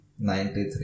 93